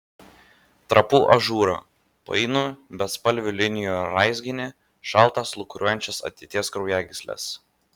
trapų ažūrą painų bespalvių linijų raizginį šaltas lūkuriuojančias ateities kraujagysles